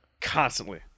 Constantly